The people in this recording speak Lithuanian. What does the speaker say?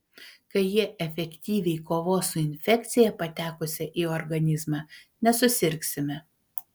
kai jie efektyviai kovos su infekcija patekusia į organizmą nesusirgsime